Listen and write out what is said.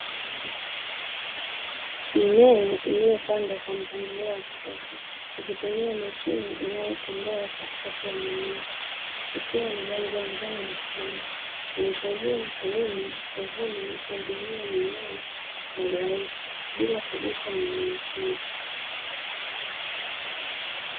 Mimea iliyopandwa kwa mpangilio wa kisasa ikitumia mashine inayotembea katikati ya mimea. Ikiwa na rangi ya njano na kijani, humsaidia mkulima kuvuna na kuhudumia mimea kwa urahisi bila kugusa mimea hiyo.